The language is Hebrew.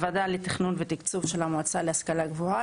הוועדה לתכנון ותקצוב של המועצה להשכלה גבוהה,